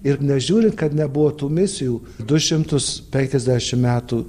ir nežiūrint kad nebuvo tų misijų du šimtus penkiasdešim metų